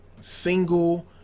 single